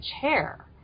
chair